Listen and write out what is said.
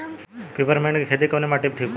Peppermint के खेती कवने माटी पे ठीक होई?